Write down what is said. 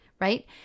right